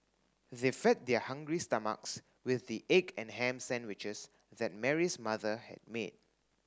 they fed their hungry stomachs with the egg and ham sandwiches that Mary's mother had made